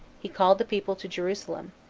he called the people to jerusalem,